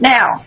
Now